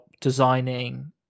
designing